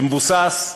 שמבוסס,